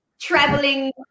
traveling